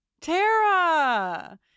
Tara